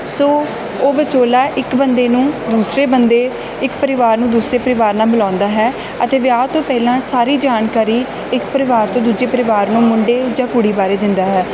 ਸੋ ਉਹ ਵਿਚੋਲਾ ਇੱਕ ਬੰਦੇ ਨੂੰ ਦੂਸਰੇ ਬੰਦੇ ਇੱਕ ਪਰਿਵਾਰ ਨੂੰ ਦੂਸਰੇ ਪਰਿਵਾਰ ਨਾਲ ਮਿਲਾਉਂਦਾ ਹੈ ਅਤੇ ਵਿਆਹ ਤੋਂ ਪਹਿਲਾਂ ਸਾਰੀ ਜਾਣਕਾਰੀ ਇੱਕ ਪਰਿਵਾਰ ਤੋਂ ਦੂਜੇ ਪਰਿਵਾਰ ਨੂੰ ਮੁੰਡੇ ਜਾਂ ਕੁੜੀ ਬਾਰੇ ਦਿੰਦਾ ਹੈ